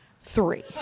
three